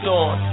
on